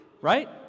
Right